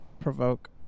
provoke